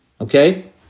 okay